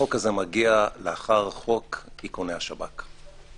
החוק הזה מגיע לאחר חוק איכוני השב"כ.